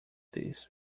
this